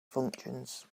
functions